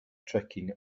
tricking